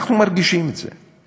אנחנו מרגישים את זה.